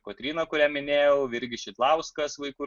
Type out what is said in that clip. kotryna kurią minėjau virgis šidlauskas vaikų